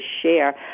share